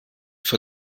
für